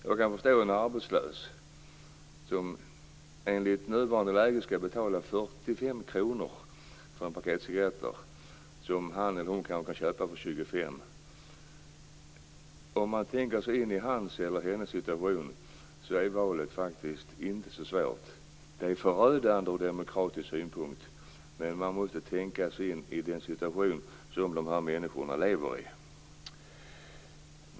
Jag kan förstå en arbetslös som i det nuvarande läget skall betala 45 kr för ett paket cigaretter, som han eller hon kan köpa för 25 kr. Om man tänker sig in i hans eller hennes situation är valet faktiskt inte så svårt. Det är förödande ur demokratisk synpunkt, men man måste tänka sig in i den situation som de här människorna lever i.